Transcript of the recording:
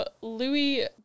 Louis